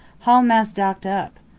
haul mass doctor up.